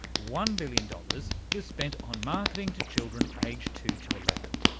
one billion dollars was spent on marketing to children aged two to eleven.